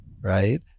Right